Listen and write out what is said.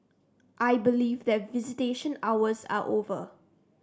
I believe that visitation hours are over